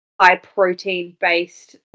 high-protein-based